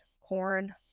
corn